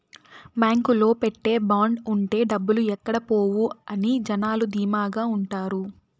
బాంకులో పెట్టే బాండ్ ఉంటే డబ్బులు ఎక్కడ పోవు అని జనాలు ధీమాగా ఉంటారు